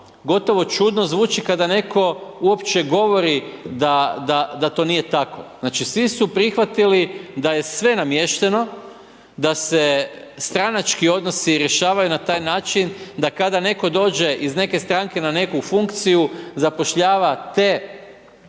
gotovo čudno zvuči kada netko uopće govori da to nije tako. Znači svi su prihvatili da je sve namješteno, da se stranački odnosi rješavaju na taj način da kada netko dođe iz neke stranke na neku funkciju zapošljava te